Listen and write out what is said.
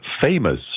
famous